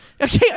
Okay